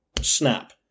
snap